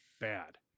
bad